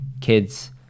kid's